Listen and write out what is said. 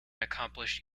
accomplished